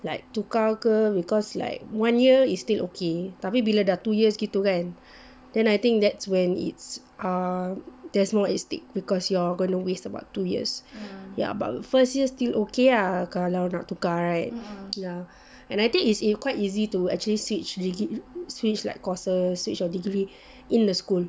like tukar ke because like one year is still okay tapi bila dah two years gitu kan then I think that's when it's err there's more at stake because you're gonna waste about two years ya but first year still okay lah kalau nak tukar right ya and I think it's quite easy to actually switch educat~ switch like courses switch like your degree in the school